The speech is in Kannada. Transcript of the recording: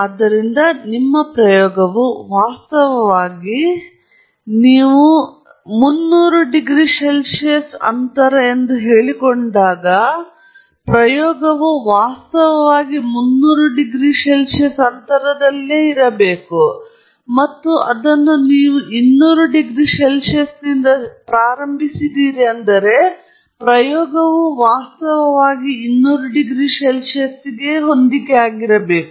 ಆದ್ದರಿಂದ ನಿಮ್ಮ ಪ್ರಯೋಗವು ವಾಸ್ತವವಾಗಿ ನೀವು 200 ಡಿಗ್ರಿ ಸಿ ಎಂದು ಹೇಳಿಕೊಂಡಾಗ ಪ್ರಯೋಗವು ವಾಸ್ತವವಾಗಿ 200 ಡಿಗ್ರಿ ಸಿ ಆಗಿರಬೇಕು